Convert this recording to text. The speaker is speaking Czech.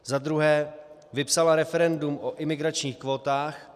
za druhé vypsala referendum o imigračních kvótách;